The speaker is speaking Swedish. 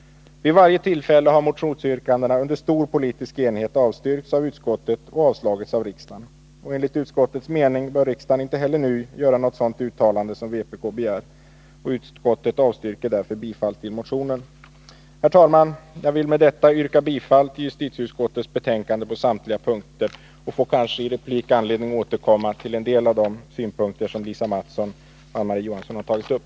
Vid varje tillfälle har motionsyrkandena under stor politisk enighet avstyrkts av utskottet och avslagits av riksdagen. Enligt utskottets mening bör riksdagen inte heller nu göra något sådant uttalande som vpk begär. Utskottet avstyrker därför bifall till motionen. Herr talman! Jag vill med detta yrka bifall till justitieutskottets betänkande på samtliga punkter. Jag får kanske i replikform återkomma till en del av de synpunkter som Lisa Mattsson och Marie-Ann Johansson har tagit upp.